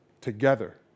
together